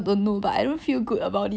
of course bro